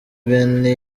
benny